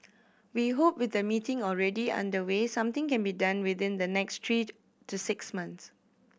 we hope with the meeting already underway something can be done within the next three to six months